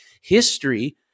history